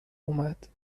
اومد